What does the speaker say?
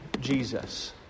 Jesus